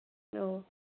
ꯑꯣ